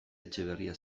etxeberria